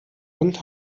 hund